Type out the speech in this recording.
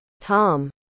Tom